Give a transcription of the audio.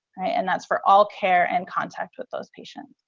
and that's for all care and contact with those patients.